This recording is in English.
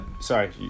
sorry